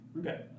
Okay